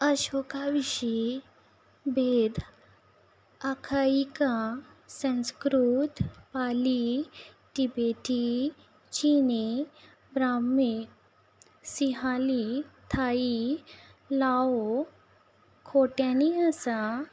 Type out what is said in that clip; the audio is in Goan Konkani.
अशोका विशीं बेद आखायिका संस्कृत पाली तिबेटी चीनी ब्राम्ही सिंहाली थाई लाओ खोटेनी आसा